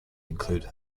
include